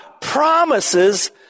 promises